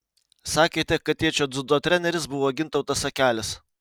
sakėte kad tėčio dziudo treneris buvo gintautas akelis